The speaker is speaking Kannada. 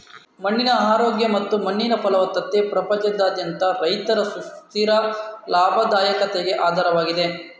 ಮಣ್ಣಿನ ಆರೋಗ್ಯ ಮತ್ತು ಮಣ್ಣಿನ ಫಲವತ್ತತೆ ಪ್ರಪಂಚದಾದ್ಯಂತ ರೈತರ ಸುಸ್ಥಿರ ಲಾಭದಾಯಕತೆಗೆ ಆಧಾರವಾಗಿದೆ